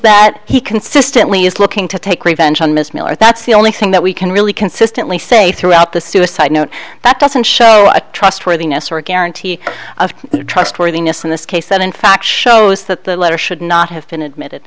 that he consistently is looking to take revenge on ms miller that's the only thing that we can really consistently say throughout the suicide note that doesn't show a trustworthiness or a guarantee of trustworthiness in this case that in fact shows that the letter should not have been admitted